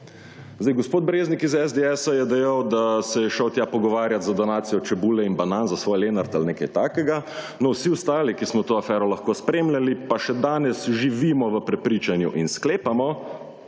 Zdaj, gospod Breznik iz SDS je dejal, da se je šel tja pogovarjat za donacijo čebule in banan za svoj Lenart ali nekaj takega. No, vsi ostali, ki smo to afero lahko spremljali, pa še danes živimo v prepričanju in sklepamo,